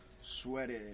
sweaty